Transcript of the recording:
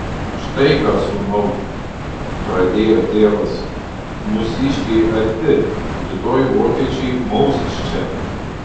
štai ką sūnau pradėjo tėvas mūsiškiai arti rytoj vokiečiai maus iš čia